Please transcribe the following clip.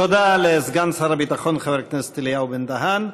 תודה לסגן שר הביטחון חבר הכנסת אליהו בן-דהן.